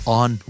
on